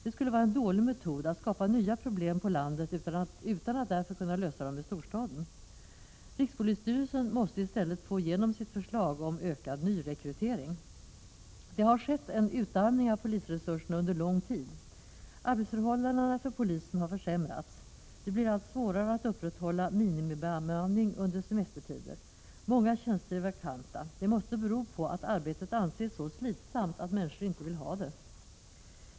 Det skulle vara en dålig metod att skapa nya problem ute i landet utan att därför lösa dem i storstaden. Rikspolisstyrelsen måste i stället få igenom sitt förslag om ökad nyrekrytering. Det har skett en utarmning av polisresurserna under lång tid. Arbetsförhållandena för polisen har försämrats. Det blir allt svårare att upprätthålla minimibemanning under semestertider. Många tjänster är vakanta. Det måste bero på att arbetet anses så slitsamt att människor inte vill ha det.